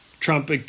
Trump